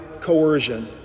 coercion